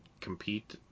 compete